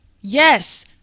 Yes